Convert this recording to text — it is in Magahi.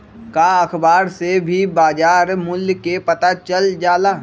का अखबार से भी बजार मूल्य के पता चल जाला?